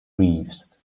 reefs